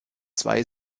zwei